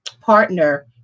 partner